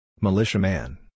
Militiaman